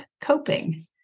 coping